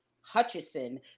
Hutchison